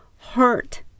hurt